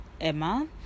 Emma